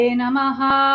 namaha